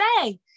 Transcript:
say